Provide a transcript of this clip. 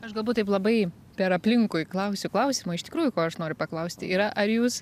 aš galbūt taip labai per aplinkui klausiu klausimą iš tikrųjų ko aš noriu paklausti yra ar jūs